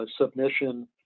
submission